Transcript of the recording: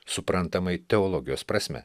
suprantamai teologijos prasme